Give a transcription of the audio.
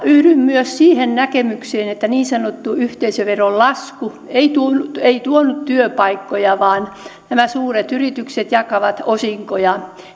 yhdyn myös siihen näkemykseen että niin sanottu yhteisöveron lasku ei tuonut työpaikkoja vaan nämä suuret yritykset jakavat osinkoja